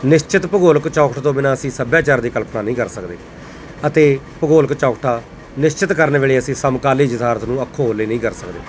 ਨਿਸ਼ਚਿਤ ਭੂਗੋਲਿਕ ਚੌਕਠ ਤੋਂ ਬਿਨਾਂ ਅਸੀਂ ਸੱਭਿਆਚਾਰ ਦੀ ਕਲਪਨਾ ਨਹੀਂ ਕਰ ਸਕਦੇ ਅਤੇ ਭੂਗੋਲਕ ਚੌਕਠਾ ਨਿਸ਼ਚਿਤ ਕਰਨ ਵੇਲੇ ਅਸੀਂ ਸਮਕਾਲੀ ਯਥਾਰਥ ਨੂੰ ਅੱਖੋਂ ਓਹਲੇ ਨਹੀਂ ਕਰ ਸਕਦੇ